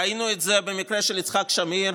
ראינו את זה עם יצחק שמיר,